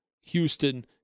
Houston